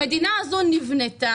כשהמדינה הזאת נבנתה,